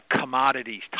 commodities